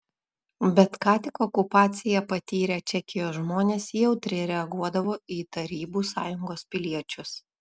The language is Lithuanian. bet ką tik okupaciją patyrę čekijos žmonės jautriai reaguodavo į tarybų sąjungos piliečius